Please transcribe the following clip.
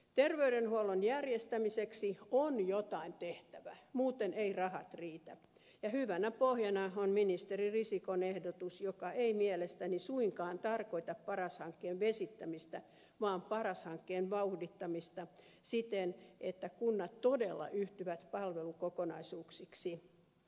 terveydenhuollon järjestämiseksi on jotain tehtävä muuten eivät rahat riitä ja hyvänä pohjana on ministeri risikon ehdotus joka ei mielestäni suinkaan tarkoita paras hankkeen vesittämistä vaan paras hankkeen vauhdittamista siten että kunnat todella yhtyvät palvelukokonaisuuksiksi